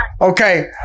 Okay